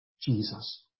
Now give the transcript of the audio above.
Jesus